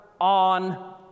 on